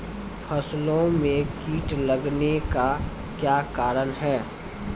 फसलो मे कीट लगने का क्या कारण है?